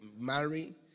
marry